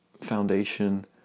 foundation